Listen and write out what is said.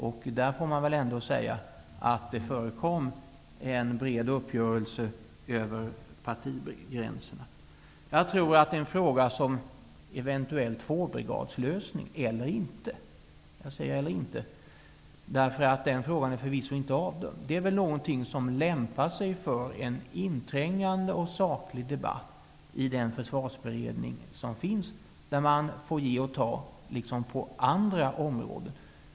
Man får väl ändå säga att det förekom en bred uppgörelse över partigränserna. Frågan om det skall vara en tvåbrigadslösning eller inte är förvisso inte avgjord. Den är väl någonting som lämpar sig för en inträngande och saklig debatt i den försvarsberedning som finns, där man får ge och ta liksom på andra områden.